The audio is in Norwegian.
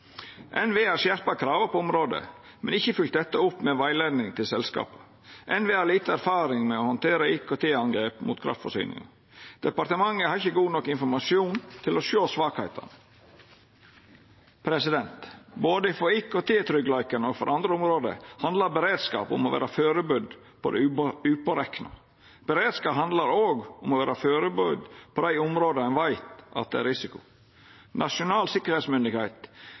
skjerpa krava på området, men har ikkje følgt dette opp med rettleiing til selskapa. NVE har lita erfaring med å handtera IKT-angrep mot kraftforsyninga. Departementet har ikkje god nok informasjon til å sjå svakheita. Både for IKT-tryggleiken og for andre område handlar beredskap om å vera førebudd på det upårekna. Beredskap handlar òg om å vera førebudd på dei områda ein veit er risiko. Nasjonal sikkerheitsmyndigheit